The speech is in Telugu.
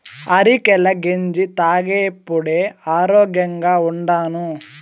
అరికెల గెంజి తాగేప్పుడే ఆరోగ్యంగా ఉండాను